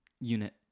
Unit